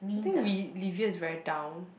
I think we Levia is very down